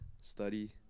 study